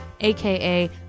aka